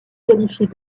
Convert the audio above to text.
qualifiée